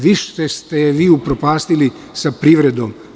Više ste je vi upropastili sa privredom.